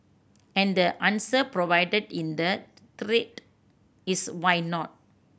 and the answer provided in the thread is why not